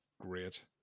great